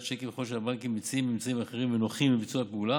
שיקים וככל שהבנקים מציעים אמצעים אחרים ונוחים לביצוע הפעולה